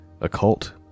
occult